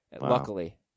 luckily